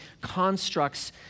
constructs